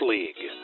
League